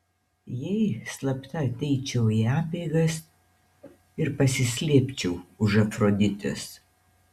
jei slapta ateičiau į apeigas ir pasislėpčiau už afroditės